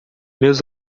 meu